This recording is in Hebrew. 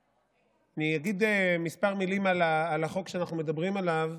אני אגיד כמה מילים על החוק שאנחנו מדברים עליו,